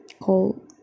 call